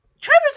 Trevor's